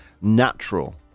natural